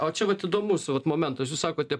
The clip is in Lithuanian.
o čia vat įdomus vat momentas jūs sakote